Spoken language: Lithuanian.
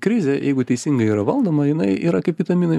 krizė jeigu teisingai yra valdoma jinai yra kaip vitaminai